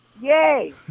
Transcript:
Yay